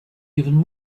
even